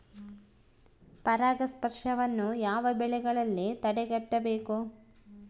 ಪರಾಗಸ್ಪರ್ಶವನ್ನು ಯಾವ ಬೆಳೆಗಳಲ್ಲಿ ತಡೆಗಟ್ಟಬೇಕು?